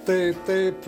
tai taip